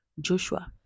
Joshua